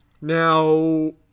now